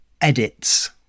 edits